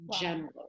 general